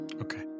Okay